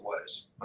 ways